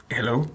Hello